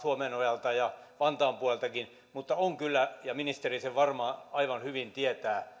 suomenojalta ja vantaan puoleltakin mutta on kyllä ja ministeri sen varmaan aivan hyvin tietää